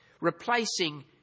replacing